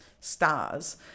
stars